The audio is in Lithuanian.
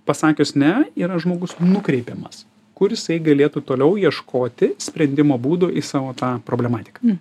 pasakius ne yra žmogus nukreipiamas kur jisai galėtų toliau ieškoti sprendimo būdų į savo tą problematiką